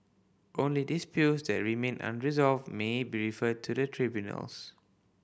only disputes that remain unresolved may be referred to the tribunals